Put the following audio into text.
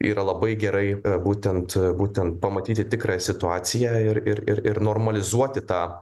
yra labai gerai būtent būtent pamatyti tikrąją situaciją ir ir ir normalizuoti tą